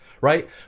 right